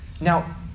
Now